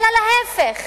אלא להיפך,